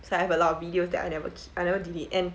so I have a lot of videos that I never keep I never delete and